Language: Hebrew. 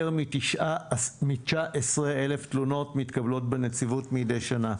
יותר מ-19,000 תלונות מתקבלות בנציבות מדי שנה.